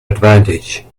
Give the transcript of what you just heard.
advantage